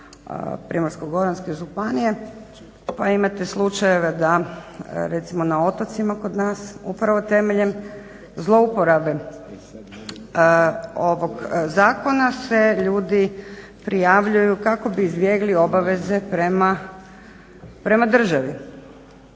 Primorsko-goranske županije pa imate slučajeve da recimo kod nas upravo temeljem zlouporabe ovog zakona se ljudi prijavljuju kako bi izbjegli obaveze prema državi.